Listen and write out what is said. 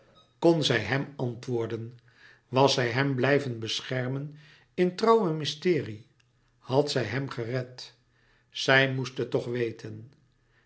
kon zij hem antwoorden was zij hem blijven beschermen in trouw mysterie had zij hem gered zij moest het toch weten